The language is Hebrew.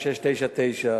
ייצוג בפני